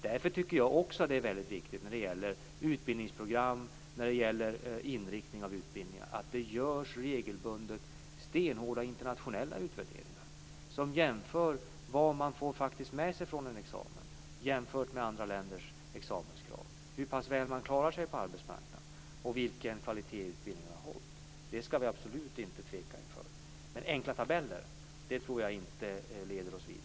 Därför tycker jag också att det är mycket viktigt när det gäller utbildningsprogram och inriktning av utbildningar att det regelbundet görs stenhårda internationella utvärderingar, där det görs jämförelser av vad man faktiskt får med sig från en examen jämfört med andra länders examenskrav och hur pass väl man klarar sig på arbetsmarknaden och vilken kvalitet utbildningen har hållit. Det skall vi absolut inte tveka inför. Men enkla tabeller tror jag inte leder oss vidare.